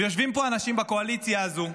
יושבים פה אנשים בקואליציה הזו,